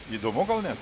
įdomu gal net